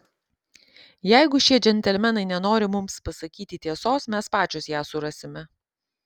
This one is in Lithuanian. jeigu šie džentelmenai nenori mums pasakyti tiesos mes pačios ją surasime